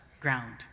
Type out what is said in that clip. ground